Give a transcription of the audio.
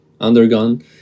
undergone